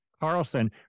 Carlson